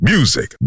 Music